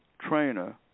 trainer